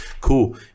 cool